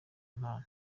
impano